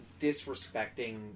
disrespecting